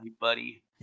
buddy